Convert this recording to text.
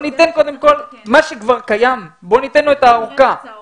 לשר